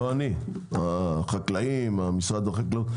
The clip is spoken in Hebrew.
לא אני החקלאים, משרד החקלאות.